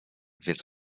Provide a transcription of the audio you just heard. więc